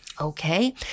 Okay